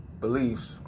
beliefs